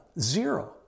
zero